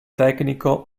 tecnico